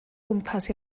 gwmpas